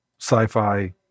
sci-fi